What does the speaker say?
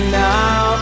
now